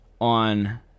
on